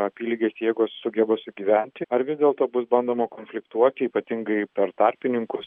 apylygės jėgos sugeba sugyventi ar vis dėlto bus bandoma konfliktuoti ypatingai per tarpininkus